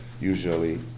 Usually